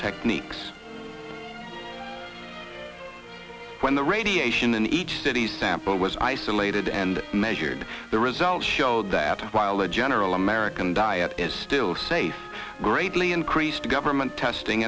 techniques when the radiation in each city's sample was isolated and measured the results showed that while the general american diet is still safe greatly increased government testing